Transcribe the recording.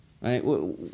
right